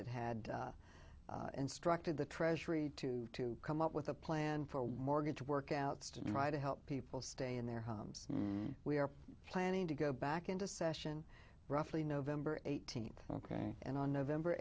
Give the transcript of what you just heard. had instructed the treasury to to come up with a plan for one mortgage workouts to try to help people stay in their homes we are planning to go back into session roughly november eighteenth ok and on november